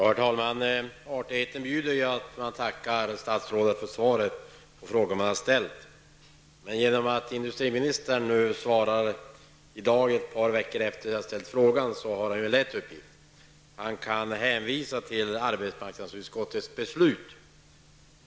Herr talman! Artigheten bjuder ju att man tackar statsrådet för svaret på den fråga som man har ställt. Genom att industriministern svarar ett par veckor efter det att jag ställde frågan, hade han en lätt uppgift. Industriministern kan hänvisa till beslutet med anledning av arbetsmarknadsutskottets skrivning.